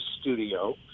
studio